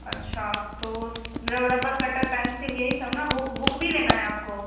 अच्छा तो rubber cutter pencil यही सब ना बुक बुक भी लेना है आपको